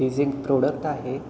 ते जे प्रोडक्ट आहे